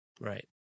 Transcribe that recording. Right